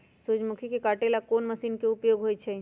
सूर्यमुखी के काटे ला कोंन मशीन के उपयोग होई छइ?